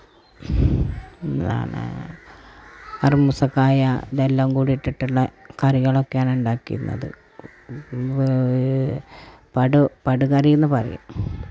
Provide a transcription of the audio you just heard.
എന്തുവാന്ന് അറുമൂസക്കായ ഇതെല്ലാം കൂടി ഇട്ടിട്ടുള്ള കറികളൊക്കെയാണ് ഉണ്ടാക്കിയിരുന്നത് പടു പടു കറിയെന്ന് പറയും